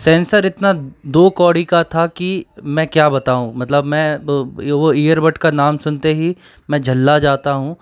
sensor इतना दो कौड़ी का था कि मैं क्या बताऊँ मतलब मैं वो इयरबड का नाम सुनते ही मैं झुंझला जाता हूँ